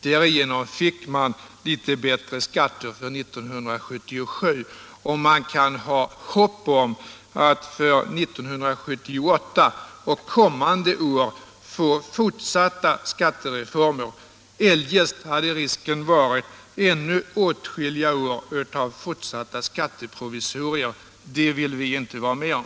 Därigenom fick man litet bättre skatter för 1977, och man kan ha hopp om att för 1978 och kommande år få fortsatta skattereformer. Eljest hade risken varit att det skulle bli ännu åtskilliga år av fortsatta skatteprovisorier. Det vill vi inte vara med om.